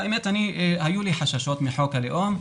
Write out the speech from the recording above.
היו לי חששות מחוק הלאום,